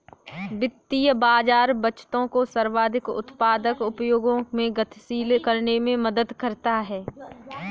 वित्तीय बाज़ार बचतों को सर्वाधिक उत्पादक उपयोगों में गतिशील करने में मदद करता है